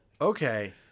okay